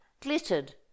glittered